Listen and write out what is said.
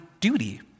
duty